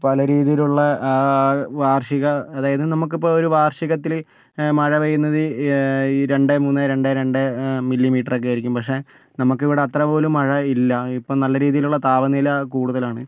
പല രീതിയിലുള്ള ആഹ് വാർഷിക അതായത് നമുക്കിപ്പോൾ ഒരു വാർഷികത്തില് മഴ പെയ്യുന്നത് രണ്ടു മൂന്ന് രണ്ട് മില്ലി മീറ്റർ ഒക്കെ ആയിരിക്കും പക്ഷേ നമുക്കിവിടെ അത്ര പോലും മഴ ഇല്ല ഇപ്പോൾ നല്ല രീതിലുള്ള താപനില കൂടുതലാണ്